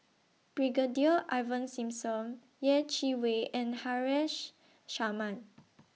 Brigadier Ivan Simson Yeh Chi Wei and Haresh Sharma